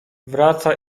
wraca